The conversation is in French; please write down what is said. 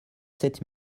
sept